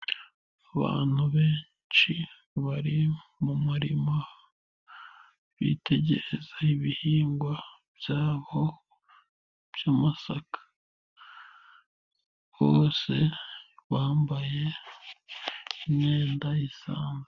Abantu benshi, bari mu murima, bitegereza ibihingwa byabo by'amasaka, bose bambaye imyenda isanzwe.